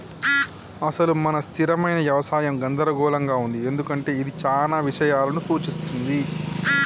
అసలు మన స్థిరమైన యవసాయం గందరగోళంగా ఉంది ఎందుకంటే ఇది చానా ఇషయాలను సూఛిస్తుంది